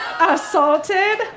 assaulted